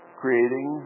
creating